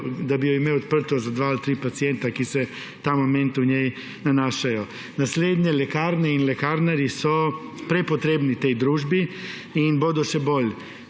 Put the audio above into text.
da bi jo imel odprto za dva ali tri paciente, ki se ta moment v njej nahajajo. Naslednje. Lekarne in lekarnarji so prepotrebni v tej družbi in bodo še bolj.